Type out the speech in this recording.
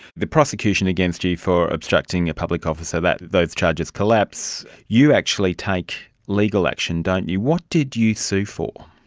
the prosecution against you you for obstructing a public officer, those charges collapse. you actually take legal action, don't you. what did you sue for?